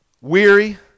weary